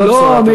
זאת בשורה טובה.